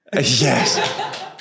Yes